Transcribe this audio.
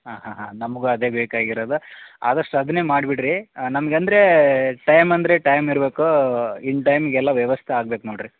ಹಾಂ ಹಾಂ ಹಾಂ ನಮಗೂ ಅದೆ ಬೇಕಾಗಿರೊದು ಆದಷ್ಟು ಅದನ್ನೇ ಮಾಡ್ಬಿಡ್ರಿ ನಮ್ಗ ಅಂದರೆ ಟೈಮ್ ಅಂದರೆ ಟೈಮ್ ಇರಬೇಕು ಇನ್ನ ಟೈಮ್ಗ್ ಎಲ್ಲ ವ್ಯವಸ್ಥೆ ಆಗ್ಬೇಕು ನೋಡ್ರಿ